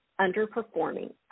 underperforming